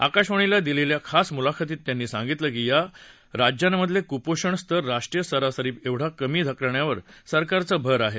आकाशवाणीला दिलेल्या खास मुलाखतीत त्यांनी सांगितलं की या राज्यांमधला कुपोषण स्तर राष्ट्रीय सरासरीएवढा कमी करण्यावर सरकारचा भर आहे